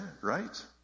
right